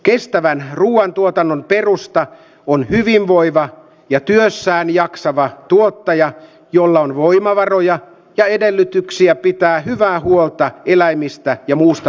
kestävän ruuan tuotannon perusta kun hyvinvoivan ja työssään jaksava tuottaja jolla on voimavaroja ja edellytyksiä pitää hyvää huolta eläimistä ja muusta